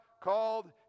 called